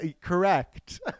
correct